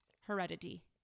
heredity